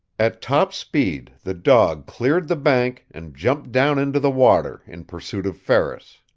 at top speed the dog cleared the bank and jumped down into the water in pursuit of ferris.